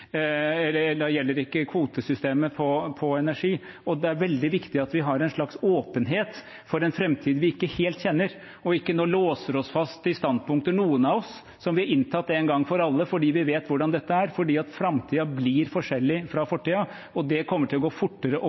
Det er veldig viktig at vi har en slags åpenhet for en framtid vi ikke helt kjenner, og ikke nå, noen av oss, låser oss fast til standpunkter som vi har inntatt en gang for alle fordi vi vet hvordan dette er. For framtiden blir forskjellig fra fortiden, og det kommer til å gå fortere